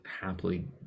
happily